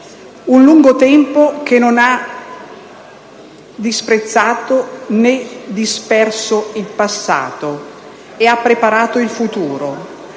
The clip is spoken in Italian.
Un lungo tempo che non ha disprezzato né disperso il passato ed ha preparato il futuro.